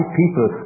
people